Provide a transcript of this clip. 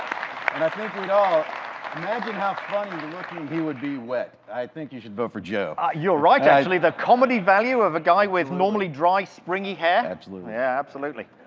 and you know imagine how funny looking he would be wet. i think you should vote for joe. ah you're right, actually. the comedy value of a guy with normally dry, springy hair? absolutely. absolutely.